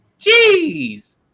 Jeez